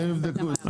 הם יבדקו את זה.